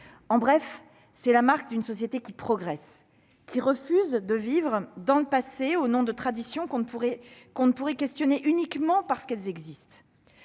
En résumé, c'est la marque d'une société qui progresse, qui refuse de vivre dans le passé au nom de traditions qu'on ne pourrait pas questionner, uniquement parce qu'elles existent.